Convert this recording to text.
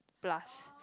plus